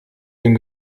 dem